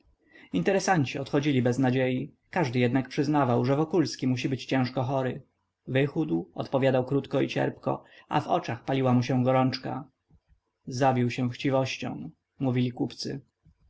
interesanci odchodzili bez nadziei każdy jednak przyznawał że wokulski musi być ciężko chory wychudł odpowiadał krótko i cierpko a w oczach paliła mu się gorączka zabił się chciwością mówili